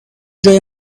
جای